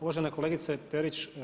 Uvažena kolegice Perić.